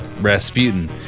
Rasputin